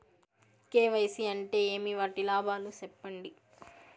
KYC అంటే ఏమి? వాటి లాభాలు సెప్పండి?